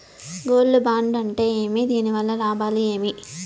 Gold bond అంటే ఏమి? దీని వల్ల లాభాలు ఏమి?